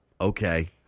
okay